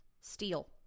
Steel